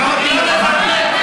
לא מתאים לך, מרגי.